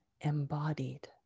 embodied